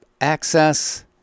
access